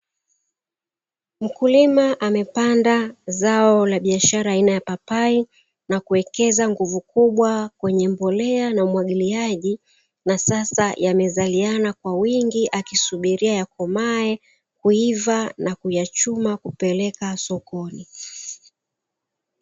Mkulima amepanda zao la biashara aina ya papai, na kuwekeza nguvu kubwa kwenye mbolea naumwagiliaji na sasa yamezaliana kwa wingi akisubiria yakomae, kuiva na kuyachuma kupeleka sokoni.